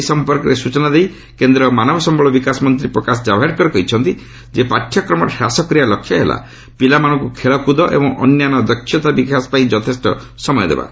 ଏ ସମ୍ପର୍କରେ ସୂଚନା ଦେଇ କେନ୍ଦ୍ର ମାନବ ସମ୍ଭଳ ବିକାଶ ମନ୍ତ୍ରୀ ପ୍ରକାଶ କାୱେଡେକର କହିଛନ୍ତି ଯେ ପାଠ୍ୟକ୍ରମ ହ୍ରାସ କରିବା ଲକ୍ଷ୍ୟ ହେଲା ପିଲାମାନଙ୍କୁ ଖେଳକୁଦ ଏବଂ ଅନ୍ୟାନ୍ୟ ଦକ୍ଷତା ବିକାଶ ପାଇଁ ଯଥେଷ୍ଟ ସମୟ ଦେବା